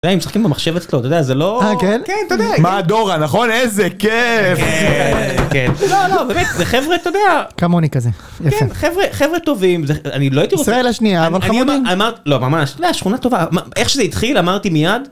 אתה יודע הם משחקים במחשב אצלו, אתה יודע, זה לא... אה, כן? כן, אתה יודע. מה, דורה, נכון? איזה כיף! כן, כן. לא, לא, באמת, זה חבר'ה, אתה יודע... כמוני כזה. כן, חבר'ה, חבר'ה טובים, זה... אני לא הייתי רוצה ישראל השנייה אבל חמודים. לא, ממש. זה היה שכונה טובה. איך שזה התחיל, אמרתי מיד...